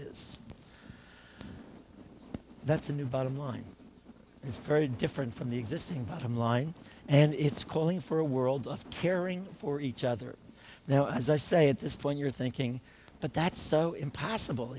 is that's a new bottom line it's very different from the existing bottom line and it's calling for a world of caring for each other now as i say at this point you're thinking but that's so impossible